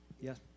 Yes